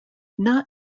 not